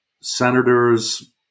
Senators